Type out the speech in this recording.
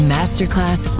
Masterclass